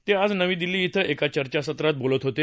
ते आज नवी दिल्ली क्रे एका चर्चासत्रात बोलत होते